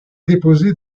déposée